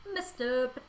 mr